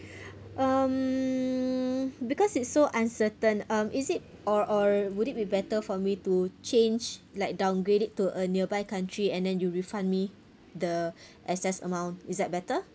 um because it's so uncertain um is it or or would it be better for me to change like downgrade it to a nearby country and then you'll refund me the excess amount is that better